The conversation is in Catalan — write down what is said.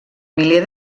miler